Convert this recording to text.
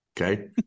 okay